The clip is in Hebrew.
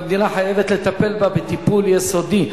והמדינה חייבת לטפל בה טיפול יסודי.